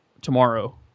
tomorrow